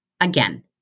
again